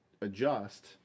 adjust